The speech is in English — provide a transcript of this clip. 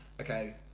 okay